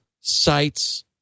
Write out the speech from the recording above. sites